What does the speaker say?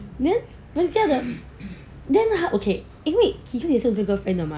then 人家的 then 他 okay 因为 keegan 也是有 girlfriend 的 mah